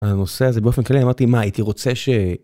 הנושא הזה באופן כללי אמרתי מה הייתי רוצה ש...